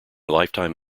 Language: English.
lifetime